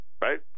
right